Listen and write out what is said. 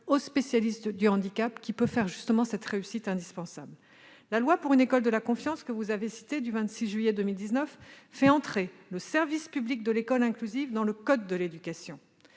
aux spécialistes du handicap qui peut rendre la réussite possible. La loi pour une école de la confiance, que vous avez citée, fait entrer le service public de l'école inclusive dans le code de l'éducation.